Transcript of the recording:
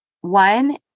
One